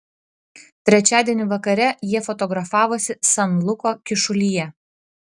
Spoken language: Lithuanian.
trečiadienį vakare jie fotografavosi san luko kyšulyje